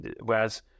whereas